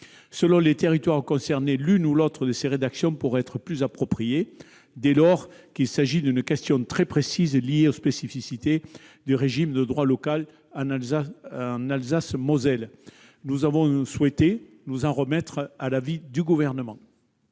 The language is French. Selon les territoires concernés, l'une ou l'autre des rédactions proposées pourra être plus appropriée. Dès lors qu'il s'agit d'une question très précise liée aux spécificités du régime de droit local en Alsace-Moselle, nous avons souhaité nous en remettre à l'avis du Gouvernement.